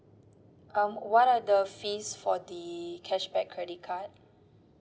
um what are the fees for the cashback credit card